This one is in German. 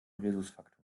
rhesusfaktor